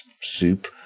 soup